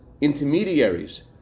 intermediaries